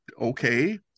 okay